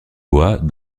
bois